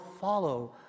follow